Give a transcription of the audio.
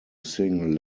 sing